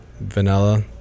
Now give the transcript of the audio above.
vanilla